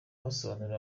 basobanuriwe